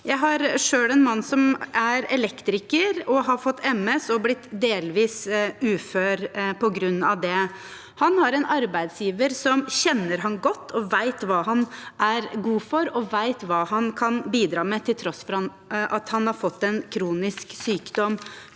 Jeg har selv en mann som er elektriker, og som har fått MS og blitt delvis ufør på grunn av det. Han har en arbeidsgiver som kjenner ham godt og vet hva han er god for og hva han kan bidra med, til tross for at han har fått en kronisk sykdom.